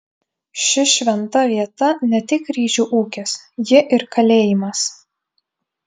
ši šventa vieta ne tik ryžių ūkis ji ir kalėjimas